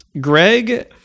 Greg